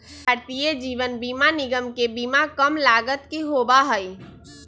भारतीय जीवन बीमा निगम के बीमा कम लागत के होबा हई